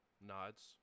nods